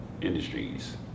industries